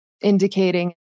indicating